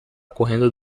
correndo